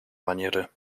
maniery